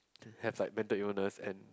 have like mental illness and